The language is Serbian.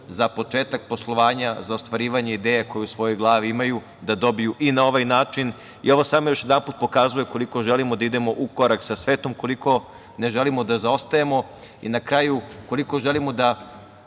za početak poslovanja, za ostvarivanje ideja koje u svojoj glavi imaju, dobiju na ovaj način. Ovo još jedanput pokazuje koliko želimo da idemo u korak sa svetom, koliko ne želimo da zaostajemo i, na kraju, koliko želimo da